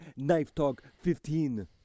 KNIFETALK15